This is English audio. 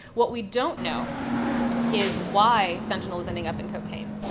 what we don't know is why fentanyl is ending up in cocaine.